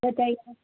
بتائیے